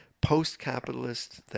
post-capitalist